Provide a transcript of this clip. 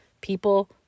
People